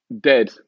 Dead